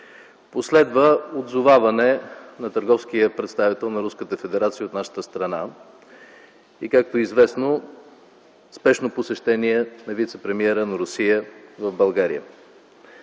Последва отзоваване на търговския представител на Руската федерация от нашата страна; както е известно, спешно посещение на вицепремиера на Русия в България.